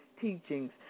teachings